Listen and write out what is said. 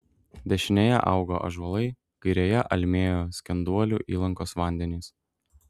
dešinėje augo ąžuolai kairėje almėjo skenduolių įlankos vandenys